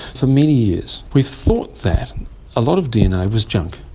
for many years we've thought that a lot of dna was junk,